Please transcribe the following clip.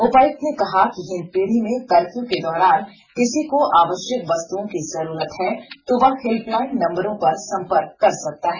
उपायुक्त ने कहा कि हिंदपीढ़ी में कर्फ्यू के दौरान किसी को आवश्यक वस्तुओं की जरूरत है तो वह हेल्पलाइन नंबरों पर संपर्क कर सकता है